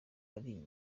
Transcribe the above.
ari